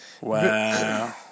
Wow